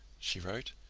she wrote,